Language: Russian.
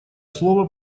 слово